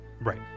Right